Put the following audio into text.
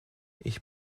ich